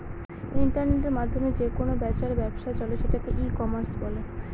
ইন্টারনেটের মাধ্যমে যে কেনা বেচার ব্যবসা চলে সেটাকে ই কমার্স বলে